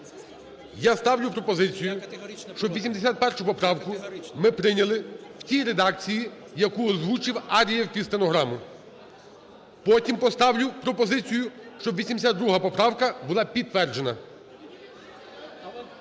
Я ставлю пропозицію, щоб 81 поправку ми прийняли в тій редакції, яку озвучив Ар'єв під стенограму. Потім поставлю пропозицію, щоб 82 поправка була підтверджена.